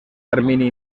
termini